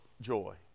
joy